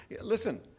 Listen